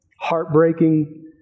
heartbreaking